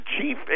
chief